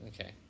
okay